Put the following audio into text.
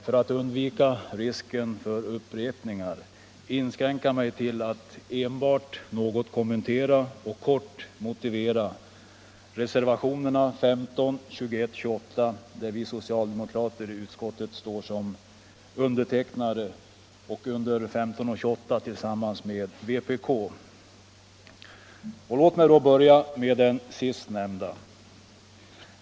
För att undvika risken för upprepningar tänker jag därför inskränka mig till att enbart något kommentera och kortfattat motivera reservationerna 15, 21 och 28, där vi socialdemokrater i utskottet står som undertecknare, under 15 och 28 tillsammans med vpk-ledamoten. Låt mig börja med den sist nämnda reservationen.